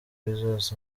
bezos